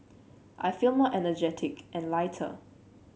I feel more energetic and lighter